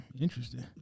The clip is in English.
Interesting